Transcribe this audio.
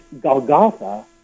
Golgotha